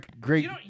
Great